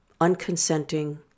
unconsenting